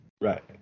Right